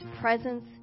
presence